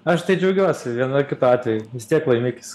aš tai džiaugiuosi vienu ar kitu atveju vis tiek laimikis